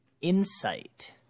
Insight